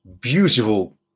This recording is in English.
beautiful